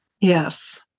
Yes